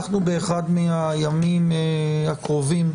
אנחנו באחד מהימים הקרובים,